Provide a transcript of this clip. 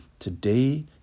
today